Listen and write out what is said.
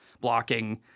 blocking